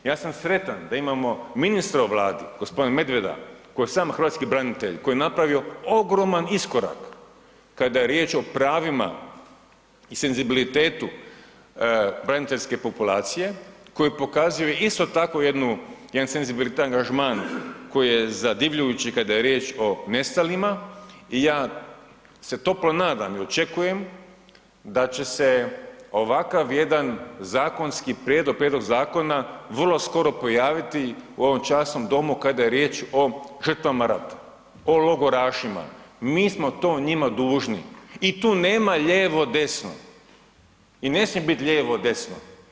Ja sam sretan da imamo ministra u Vladi, g. Medveda koji je sam hrvatski branitelj, koji je napravio ogroman iskorak kada je riječ o pravima i senzibilitetu braniteljske populacije koji pokazuju isto tako jednu, jedan senzibilan angažman koji je zadivljujući kada je riječ o nestalima i ja se toplo nadam i očekujem da će se ovakav jedan zakonski prijedlog, prijedlog zakona vrlo skoro pojaviti u ovom časnom domu kada je riječ o žrtvama rata, o logorašima, mi smo to njima dužni i tu nema lijevo, desno i ne smije biti lijevo, desno.